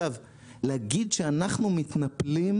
להגיד שאנחנו מתנפלים,